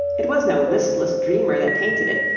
it was no listless dreamer that painted it,